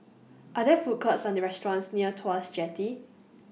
Are There Food Courts and restaurants near Tuas Jetty